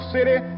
City